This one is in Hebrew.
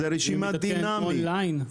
זאת רשימה דינמית.